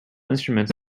instruments